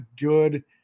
good